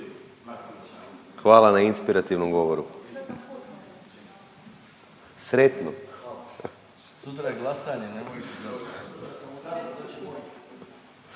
hvala na inspirativnom govoru, sretno.